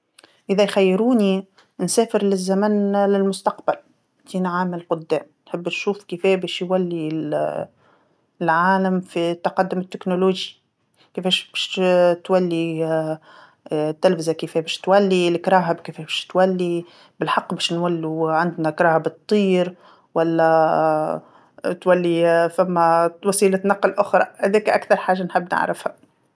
إذا يخيروني نسافر للزمن للمستقبل، ميتين عام للقدام، نحب نشوف كيفاه باش يولي ال- العالم في التقدم التكنولوجي، كيفاش باش تولي التلفزه كفاش تولي، الكراهب كفاش تولي، بالحق باش نولو عندنا كراهب تطير ولا تولي ثما وسيلة نقل أخرى، هذاكا أكثر حاجه نحب نعرفها.